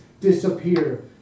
disappear